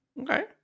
Okay